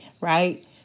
Right